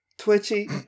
Twitchy